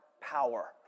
power